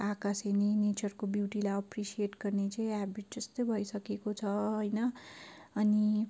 आकाश हेर्ने नेचरको ब्युटीलाई एप्रिसियट गर्ने चाहिँ हेबिट जस्तै भइसकेको छ होइन अनि